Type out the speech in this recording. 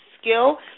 skill